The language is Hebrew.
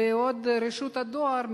בעוד רשות הדואר,